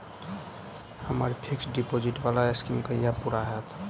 हम्मर fixed deposit वला scheme कहिया पूरा हैत?